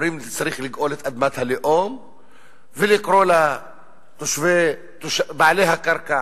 אומרים: צריך לגאול את אדמת הלאום ולקרוא לבעלי הקרקע